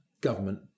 government